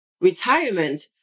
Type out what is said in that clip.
retirement